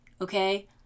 okay